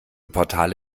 portale